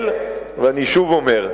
ואני אומר,